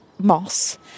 moss